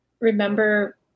remember